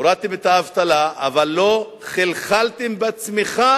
הורדתם את האבטלה, אבל לא חלחלתם בצמיחה.